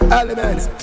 elements